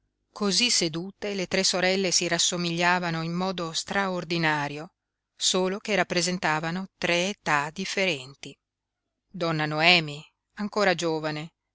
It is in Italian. cosí sedute le tre sorelle si rassomigliavano in modo straordinario solo che rappresentavano tre età differenti donna noemi ancora giovane